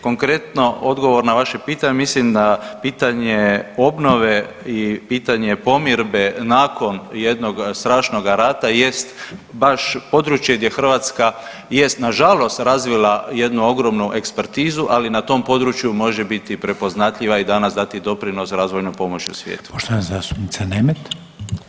Konkretno odgovor na vaše pitanje mislim da pitanje obnove i pitanje pomirbe nakon jednog strašnoga rata jest baš područje gdje Hrvatska jest nažalost razvila jednu ogromnu ekspertizu, ali na tom području može biti prepoznatljiva i danas dati doprinos razvojnoj pomoći u svijetu.